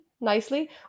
nicely